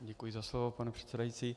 Děkuji za slovo, pane předsedající.